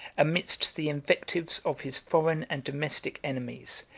amidst the invectives of his foreign and domestic enemies,